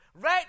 right